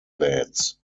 beds